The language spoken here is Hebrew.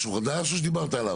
זה משהו חדש או שדיברת עליו?